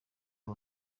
ubu